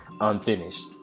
unfinished